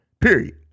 period